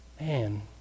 Man